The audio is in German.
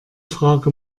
frage